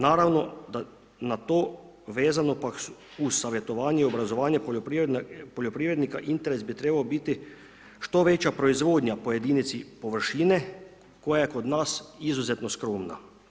Naravno da na to vezano pak uz savjetovanje i obrazovanje poljoprivrednika interes bi trebao biti što veća proizvodnja po jedinici površine koja je kod nas izuzetno skromna.